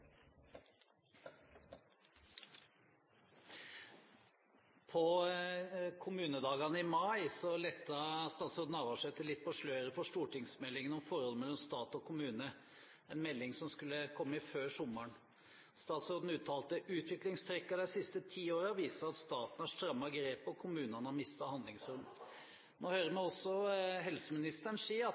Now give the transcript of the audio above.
På Kommunedagene i mai lettet statsråd Navarsete litt på sløret for stortingsmeldingen om forholdet mellom stat og kommune, en melding som skulle kommet før sommeren. Statsråden uttalte at utviklingstrekkene viser «dei siste ti åra at staten har stramma grepet og kommunane har mista handlingsrom». Nå hører vi også helseministeren si at